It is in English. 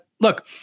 Look